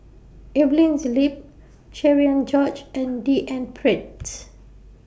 Evelyn's Lip Cherian George and D N Pritt's